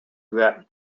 that